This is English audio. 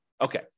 Okay